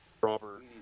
Robert